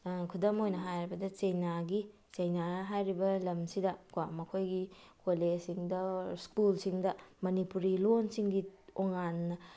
ꯈꯨꯗꯝ ꯑꯣꯏꯅ ꯍꯥꯏꯔꯕꯗ ꯆꯩꯅꯥꯒꯤ ꯆꯩꯅꯥ ꯍꯥꯏꯔꯤꯕ ꯂꯝꯁꯤꯗ ꯀꯣ ꯃꯈꯣꯏꯒꯤ ꯀꯣꯂꯦꯖꯁꯤꯡꯗ ꯁ꯭ꯀꯨꯜꯁꯤꯡꯗ ꯃꯅꯤꯄꯨꯔꯤ ꯂꯣꯟꯁꯤꯡꯒꯤ ꯇꯣꯉꯥꯟꯅ